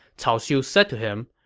cao xiu said to him,